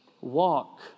Walk